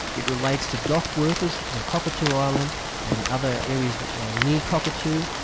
it relates to dockworkers on cockatoo island and other areas near cockatoo.